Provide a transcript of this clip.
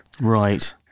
Right